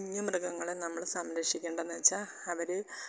വന്യമൃഗങ്ങളെ നമ്മൾ സംരക്ഷിക്കേണ്ടതെന്ന് വെച്ചാൽ അവർ